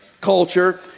culture